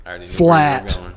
flat